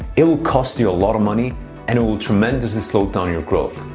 it will cost you a lot of money and it will tremendously slow down your growth.